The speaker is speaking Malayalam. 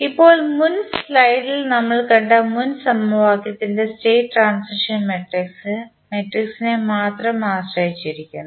ഇപ്പോൾ മുൻ സ്ലൈഡിൽ നമ്മൾ കണ്ട മുൻ സമവാക്യത്തിൻറെ സ്റ്റേറ്റ് ട്രാൻസിഷൻ മാട്രിക്സ് മാട്രിക്സിനെ മാത്രം ആശ്രയിച്ചിരിക്കുന്നു